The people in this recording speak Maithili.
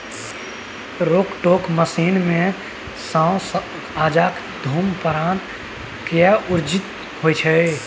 रोटेटर मशीन सँ अनाज के घूमा घूमा कय दऊनी होइ छै